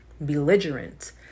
belligerent